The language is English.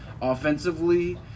offensively